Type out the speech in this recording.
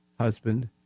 husband